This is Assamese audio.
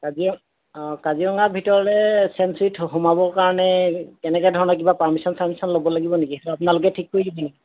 অঁ কাজিৰঙা ভিতৰলৈ চেঞ্চুৰিত সোমাবৰ কাৰণে কেনেকে ধৰণৰ কিবা পাৰমিশ্যন চাৰমিশ্যন ল'ব লাগিব নেকি আপোনালোকে ঠিক কৰি নিদিয়ে